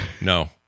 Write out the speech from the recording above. no